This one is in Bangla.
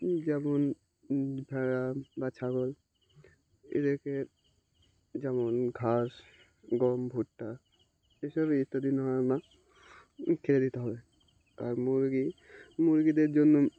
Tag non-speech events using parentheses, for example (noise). যেমন ভেড়া বা ছাগল এদেরকে যেমন ঘাস গম ভুট্টা এসবই ইত্যাদি (unintelligible) খেতে দিতে হবে আর মুরগি মুরগিদের জন্য